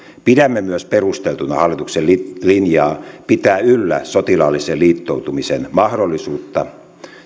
pidämme myös perusteltuna hallituksen linjaa pitää yllä sotilaallisen liittoutumisen mahdollisuutta